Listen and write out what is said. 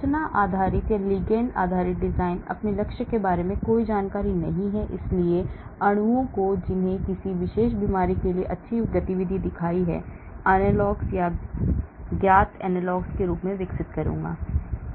संरचना आधारित या लिगैंड आधारित डिजाइन अपने लक्ष्य के बारे में कोई जानकारी नहीं है इसलिए अणुओं को जिन्हें किसी विशेष बीमारी के लिए अच्छी गतिविधि दिखाई है एनालॉग्स ज्ञात एनालॉग्स विकसित करूंगा